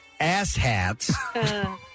asshats